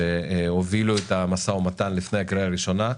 שהובילו את המשא ומתן לפני הקריאה הראשונה.